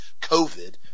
COVID